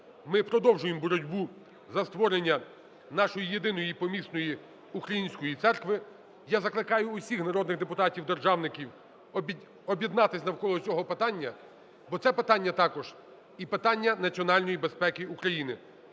Ми продовжуємо боротьбу за створення нашої єдиної помісної української церкви. Я закликаю усіх народних депутатів-державників об'єднатись навколо цього питання, бо це питання також і питання національної безпеки України,